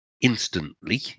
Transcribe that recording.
instantly